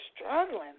struggling